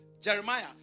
Jeremiah